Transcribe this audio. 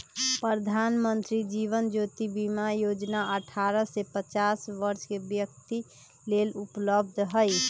प्रधानमंत्री जीवन ज्योति बीमा जोजना अठारह से पचास वरस के व्यक्तिय लेल उपलब्ध हई